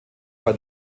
bei